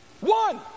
One